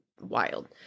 wild